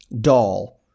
doll